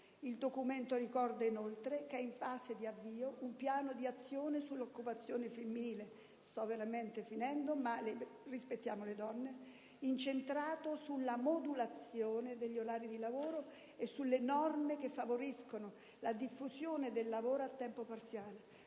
Il Documento ricorda inoltre che è in fase di avvio un piano di azione sull'occupazione femminile, incentrato sulla modulazione degli orari di lavoro, sulle norme che favoriscono la diffusione del lavoro a tempo parziale,